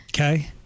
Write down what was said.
Okay